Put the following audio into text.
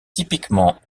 typiquement